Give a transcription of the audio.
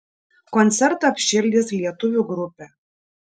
koncertą apšildys lietuvių grupė